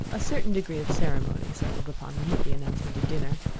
a certain degree of ceremony settled upon them with the announcement of dinner.